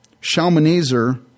Shalmaneser